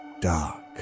dark